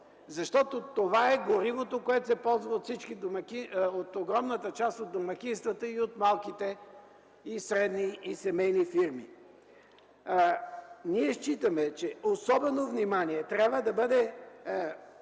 Защото това е горивото, което се ползва от огромната част на домакинствата и от малките, средни и семейни фирми. Ние считаме, че особено внимание трябва да бъде